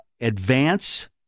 advance